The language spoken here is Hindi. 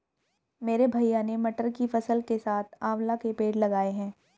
मेरे भैया ने मटर की फसल के साथ आंवला के पेड़ लगाए हैं